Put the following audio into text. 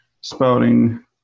spouting